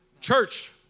Church